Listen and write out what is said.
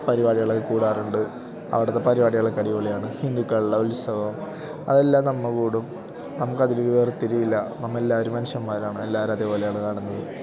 പരിപാടികളൊക്കെ കൂടാറുണ്ട് അവിടുത്തെ പരിപാടികളൊക്കെ അടിപൊളിയാണ് ഹിന്ദുക്കളുടെ ഉത്സവം അതെല്ലാം നമ്മൾ കൂടും നമുക്കതിൽ വേർത്തിരിവില്ല നമ്മളെല്ലാവരും മനുഷ്യന്മാരാണ് എല്ലാവരും അതേ പോലെയാണ് കാണുന്നത്